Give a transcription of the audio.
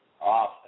off